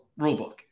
rulebook